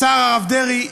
לשר הרב דרעי,